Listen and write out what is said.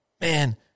man